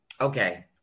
Okay